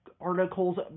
articles